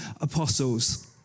apostles